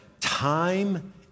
time